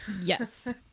Yes